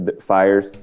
fires